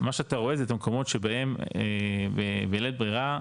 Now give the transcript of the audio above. מה שאתה רואה זה את המקומות שבהם בלית ברירה,